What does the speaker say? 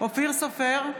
אופיר סופר,